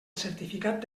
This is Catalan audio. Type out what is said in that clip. certificat